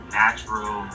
natural